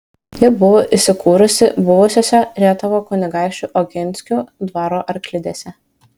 ji buvo įsikūrusi buvusiose rietavo kunigaikščių oginskių dvaro arklidėse